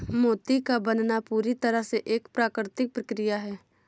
मोती का बनना पूरी तरह से एक प्राकृतिक प्रकिया है